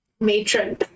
matron